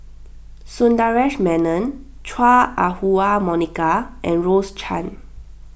Sundaresh Menon Chua Ah Huwa Monica and Rose Chan